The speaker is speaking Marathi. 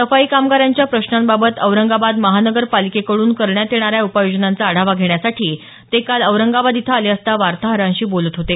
सफाई कामगारांच्या प्रश्नांबाबत औरंगाबाद महानगरपालिकेकडून करण्यात येणाऱ्या उपाययोजनांचा आढावा घेण्यासाठी ते काल औरंगाबाद इथं आले असता ते वार्ताहरांशी बोलत होते